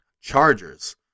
Chargers